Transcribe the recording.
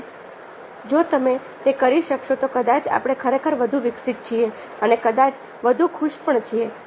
અને જો તમે તે કરી શકશો તો કદાચ આપણે ખરેખર વધુ વિકસિત છીએ અને કદાચ વધુ ખુશ પણ છીએ